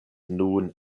nun